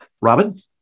Robin